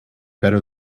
better